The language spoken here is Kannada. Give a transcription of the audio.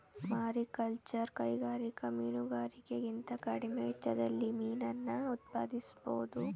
ಮಾರಿಕಲ್ಚರ್ ಕೈಗಾರಿಕಾ ಮೀನುಗಾರಿಕೆಗಿಂತ ಕಡಿಮೆ ವೆಚ್ಚದಲ್ಲಿ ಮೀನನ್ನ ಉತ್ಪಾದಿಸ್ಬೋಧು